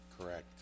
Correct